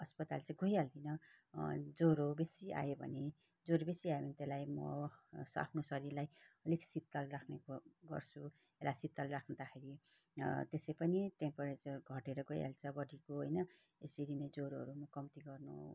अस्पताल चैँ गइहाल्दिनँ ज्वरो बेसी आयो भने ज्वरो बेसी आयो भने त्यसलाई म आफ्नो शरीरलाई अलिक शितल राख्ने ग गर्छु र शितल राख्दाखेरि त्यसै पनि टेम्परेचर घटेर गइहाल्छ बडीको होइन त्यसरी नै जोरोहरू पनि कम्ती गर्नु